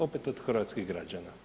Opet od hrvatskih građana.